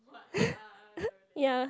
ya